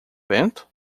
vento